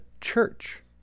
church